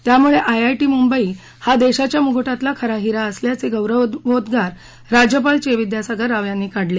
त्यामुळे आयआयटी मंबई हा देशाच्या म्क्टातला खरा हिरा असल्याचे गौरवोद्गार राज्यपाल चे विद्यासागर राव यांनी काढले